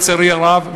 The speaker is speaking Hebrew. לצערי הרב,